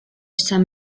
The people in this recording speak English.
some